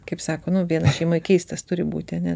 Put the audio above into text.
kaip sako nu vienas šeimoj keistas turi būti ane